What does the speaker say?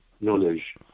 knowledge